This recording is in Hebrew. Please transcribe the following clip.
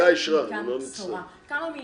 אני לא הייתי מתגאה על מה שקרה עד היום ברשות המים.